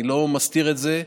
אני לא מסתיר את זה,